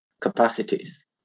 capacities